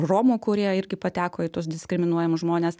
romų kurie irgi pateko į tuos diskriminuojamus žmones